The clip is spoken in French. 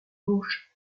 gauche